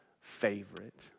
favorite